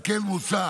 על כן מוצע